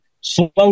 slow